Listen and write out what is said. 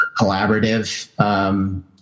collaborative